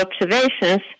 observations